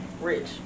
rich